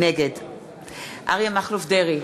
נגד אריה מכלוף דרעי,